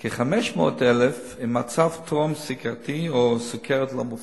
כ-500,000 במצב טרום-סוכרתי, או סוכרת לא מאובחנת.